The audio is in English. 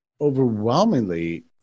overwhelmingly